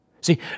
See